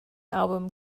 album